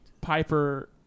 Piper